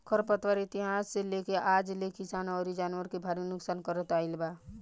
खर पतवार इतिहास से लेके आज ले किसान अउरी जानवर के भारी नुकसान करत आईल बा